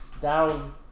down